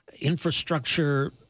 infrastructure